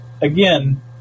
again